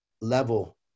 level